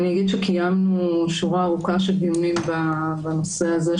קיימנו שורה ארוכה של דיונים בנושא הזה,